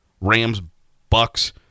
Rams-Bucks